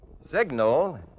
signal